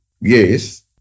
Yes